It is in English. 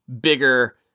bigger